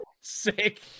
Sick